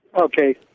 Okay